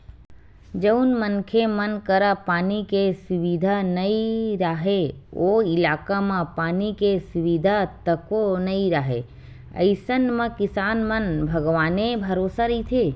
जउन मनखे मन करा पानी के सुबिधा नइ राहय ओ इलाका म पानी के सुबिधा तको नइ राहय अइसन म किसान मन भगवाने भरोसा रहिथे